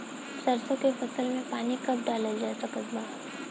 सरसों के फसल में पानी कब डालल जा सकत बा?